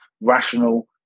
rational